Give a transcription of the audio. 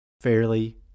fairly